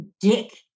Dick